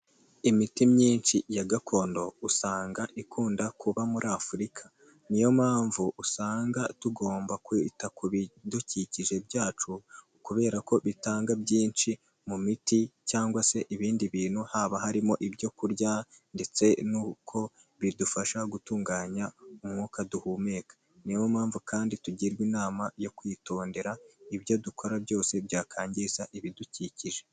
Imiti myinshi ya gakondo usanga ikunda kuba muri Afurika, niyo mpamvu usanga tugomba kwita ku bidukikije byacu kubera ko bitanga byinshi mu miti cyangwa se ibindi bintu, haba harimo ibyo kurya ndetse nuko bidufasha gutunganya umwuka duhumeka, niyo mpamvu kandi tugirwa inama yo kwitondera ibyo dukora byose byakwangiza ibidukikije.